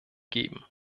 geben